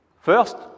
First